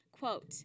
Quote